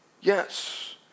Yes